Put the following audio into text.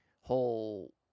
whole